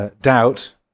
doubt